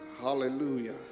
Hallelujah